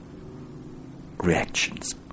reactions